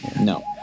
No